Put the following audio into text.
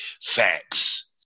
Facts